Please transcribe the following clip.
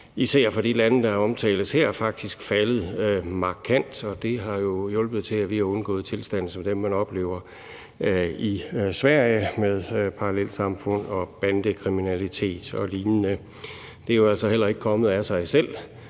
især fra de lande, der omtales her, faktisk faldet markant, og det har jo hjulpet til, at vi har undgået tilstande som dem, man oplever i Sverige med parallelsamfund og bandekriminalitet og lignende. Det er jo altså heller ikke kommet af sig selv,